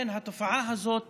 התופעה הזאת